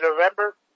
November